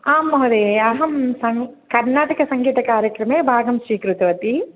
आं महोदये अहं कर्णाटकसङ्गीतकार्यक्रमे भागं स्वीकृतवती